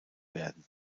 werden